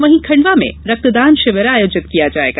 वहीं खंडवा में रक्तदान शिविर आयोजित किया जायेगा